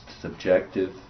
subjective